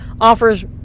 offers